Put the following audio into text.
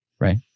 right